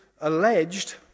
alleged